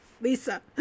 Lisa